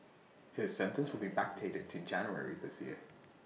his sentence will be backdated to January this year